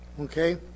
Okay